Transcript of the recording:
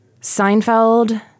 Seinfeld